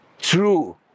true